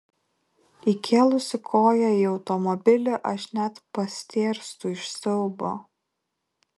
įkėlusi koją į automobilį aš net pastėrstu iš siaubo